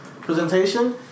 presentation